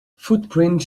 footprints